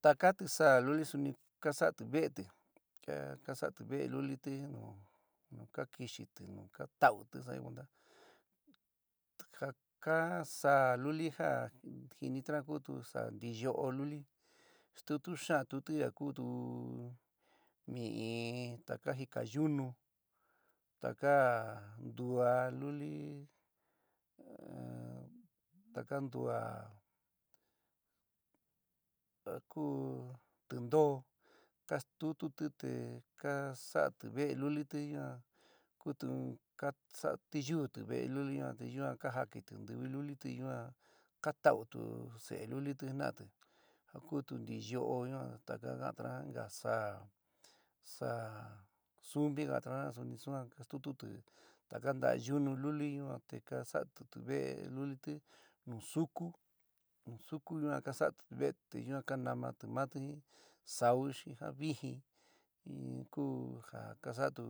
Taká tisaá luli suni ka sa'ati ve'eti ka ka sa'ati veé lulitɨ nu ka kixitɨ nu ka ta'uti ka sa'ayo kuenta, ja ka saá luli ja jinituna kutu saá ntiyoó luli stutu xaántuti ja kutu mɨ'i taka jika yunu taka ntua luli taka ntua ja ku tintóó ka stututi te ka sa'ati ve'é luliti yuan kutu ka sa'ati yu'uti veé luli yuan te yuan ka jakitɨ ntɨvɨ lulitɨ yuan ka ta'utu se'é lulitɨ jina'ati, jakutu ntiyóó yuan taka kaantuna inka saá saá zumpi suni suan ka kastútuti taka nta yunu luli yuan te ka sa'atuti ve'é lulitɨ nu suku nu suku yuan ka saátuti ve'é te yuan ka námati mati jin sau xi ja vɨjin in ku ja kasa'atu